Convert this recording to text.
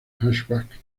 hatchback